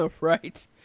Right